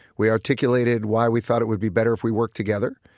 we articulated why we thought it would be better if we work together.